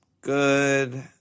good